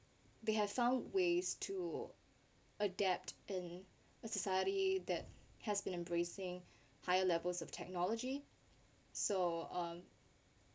they have found ways to adapt in a society that has been embracing higher levels of technology so um